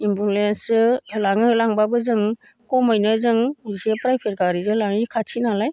एम्बुलेन्सजो लाङो लांब्लाबो जों खमैनो जों इसे प्राइभेट गारिजो लाङो ऐ खाथि नालाय